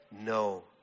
no